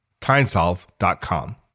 TimeSolve.com